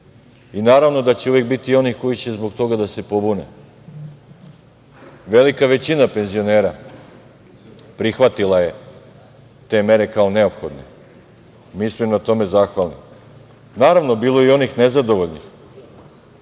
Naravno da će uvek biti onih koji će zbog toga da se pobune. Velika većina penzionera prihvatila je te mere kao neophodne. Mi smo im na tome zahvalni. Naravno, bilo je i onih nezadovoljnih.